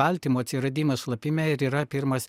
baltymo atsiradimas šlapime ir yra pirmas